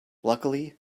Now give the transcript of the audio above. luckily